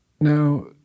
Now